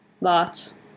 lots